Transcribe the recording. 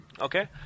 Okay